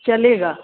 चलेगा